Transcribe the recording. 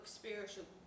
spiritual